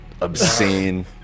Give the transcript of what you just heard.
obscene